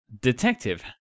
Detective